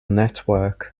network